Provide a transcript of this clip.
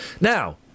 Now